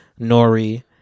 nori